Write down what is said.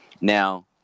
Now